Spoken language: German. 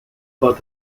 war